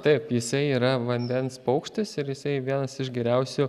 taip jisai yra vandens paukštis ir jisai vienas iš geriausių